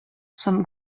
some